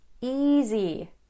easy